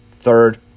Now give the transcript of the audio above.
Third